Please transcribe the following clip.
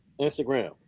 instagram